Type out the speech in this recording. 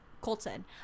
Colton